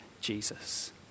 Jesus